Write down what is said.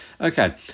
Okay